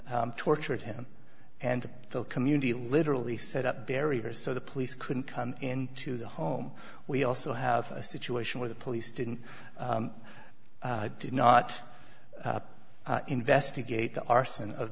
tortured him and the community literally set up barriers so the police couldn't come in to the home we also have a situation where the police didn't did not investigate the arson of